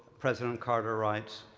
president carter writes,